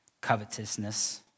covetousness